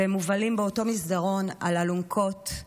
והם מובלים באותו מסדרון על אלונקות.